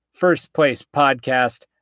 firstplacepodcast